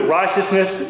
righteousness